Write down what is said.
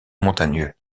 montagneux